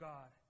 God